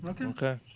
Okay